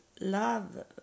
love